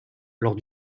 lors